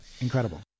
Incredible